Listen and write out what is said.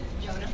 Jonah